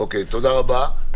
תודה רבה.